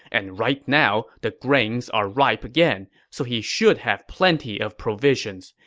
and right now, the grains are ripe again, so he should have plenty of provisions.